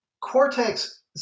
cortex